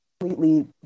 completely